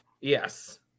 Yes